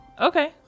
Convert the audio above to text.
Okay